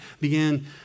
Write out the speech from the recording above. began